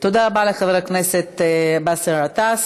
תודה רבה לחבר הכנסת באסל גטאס.